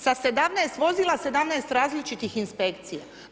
Sa 17 vozila, 17 različitih inspekcija.